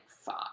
five